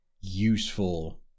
useful